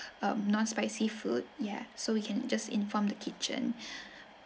um non spicy food ya so we can just inform the kitchen